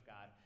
God